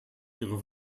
ihre